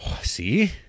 see